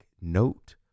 note